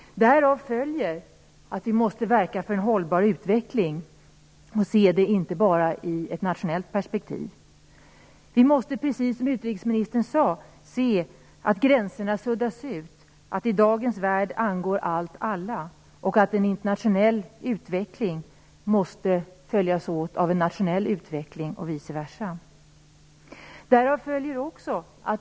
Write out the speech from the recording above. Därav följer att vi måste verka för en hållbar utveckling och inte se det hela enbart i ett nationellt perspektiv. Precis som utrikesministern sade måste vi se att gränserna suddas ut. I dagens värld angår allt alla. En internationell utveckling måste följas åt av en nationell utveckling och vice versa.